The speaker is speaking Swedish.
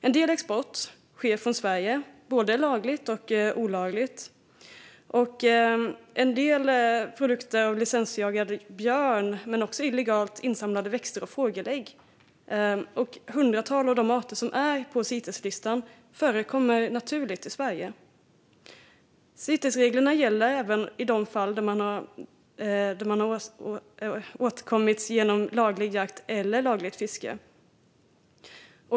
En del export sker från Sverige, både lagligt och olagligt - en del produkter från licensjagad björn men också illegalt insamlade växter och fågelägg. Ett hundratal av de arter som är på Citeslistan förekommer naturligt i Sverige. Citesreglerna gäller även i de fall där man har kommit åt dessa arter genom laglig jakt eller lagligt fiske.